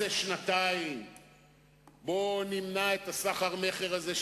רצינו למנות את שמעון פרס למשנה לראש הממשלה.